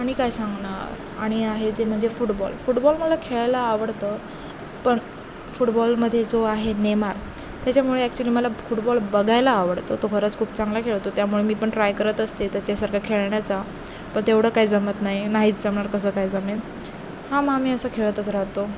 आणि काय सांगणार आणि आहे ते म्हणजे फुटबॉल फुटबॉल मला खेळायला आवडतं पण फुटबॉलमध्ये जो आहे नेमार त्याच्यामुळे ॲक्चुली मला फुटबॉल बघायला आवडतो तो खरंच खूप चांगला खेळतो त्यामुळे मी पण ट्राय करत असते त्याच्यासारखा खेळण्याचा पण तेवढं काय जमत नाही नाहीच जमणार कसं काय जमेल हां मग आम्ही असं खेळतच राहतो